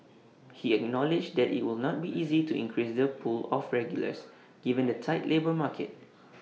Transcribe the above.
he acknowledged that IT will not be easy to increase the pool of regulars given the tight labour market